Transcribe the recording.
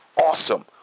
awesome